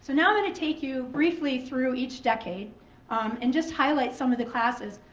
now i'm gonna take you briefly through each decade um and just highlight some of the classes.